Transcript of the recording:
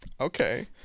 Okay